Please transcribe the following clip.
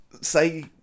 Say